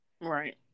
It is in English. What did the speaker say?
right